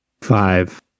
Five